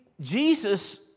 Jesus